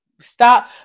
stop